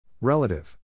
Relative